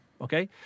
okay